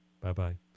Bye-bye